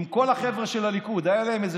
אם כל החבר'ה של הליכוד היו להם איזה